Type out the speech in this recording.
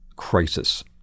crisis